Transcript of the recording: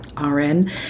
RN